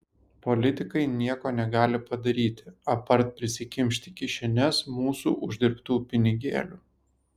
politikai nieko negali padaryti apart prisikimšti kišenes mūsų uždirbtų pinigėlių